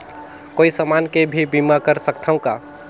कोई समान के भी बीमा कर सकथव का?